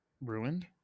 ruined